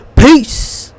Peace